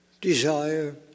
desire